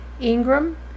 Ingram